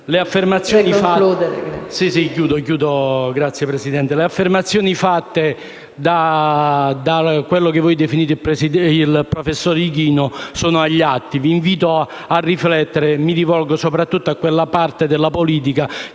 Le affermazioni fatte da colui che voi definite «il professor» Ichino sono agli atti: vi invito a riflettere. E mi rivolgo soprattutto a quella parte della politica